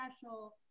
special